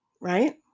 right